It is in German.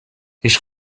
ich